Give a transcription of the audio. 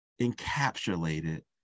encapsulated